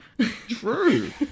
true